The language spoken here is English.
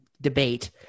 debate